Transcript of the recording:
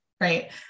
right